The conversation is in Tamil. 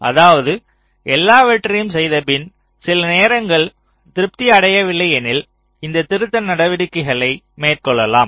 அதாவது எல்லாவற்றையும் செய்தபின் சில நேரங்கள் திருப்தி அடையவில்லைஎனில் இந்த திருத்த நடவடிக்கைகளை மேற்கொள்ளலாம்